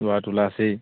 ওলাইছে